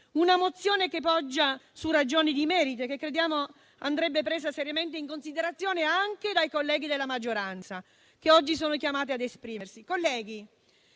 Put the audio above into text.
una mozione che poggia su ragioni di merito e crediamo che andrebbe presa seriamente in considerazione anche dai colleghi della maggioranza che oggi sono chiamati ad esprimersi.